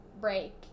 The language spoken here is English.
break